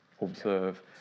observe